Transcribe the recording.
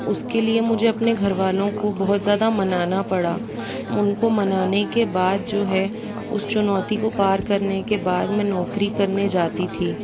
उसके लिए मुझे अपने घर वालों को बहुत ज़्यादा मनाना पड़ा उनको मनाने के बाद जो है उस चुनौती को पार करने के बाद मैं नौकरी करने जाती थी